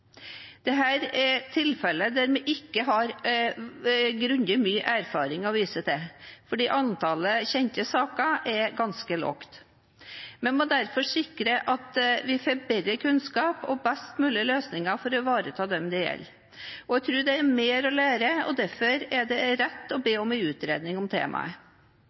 her. Dette er tilfeller hvor vi ikke har veldig mye erfaring å vise til, fordi antallet kjente saker er ganske lavt. Vi må derfor sikre at vi får bedre kunnskap og best mulig løsninger for å ivareta dem det gjelder. Jeg tror det er mer å lære, og derfor er det rett å be om en utredning om temaet.